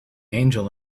angel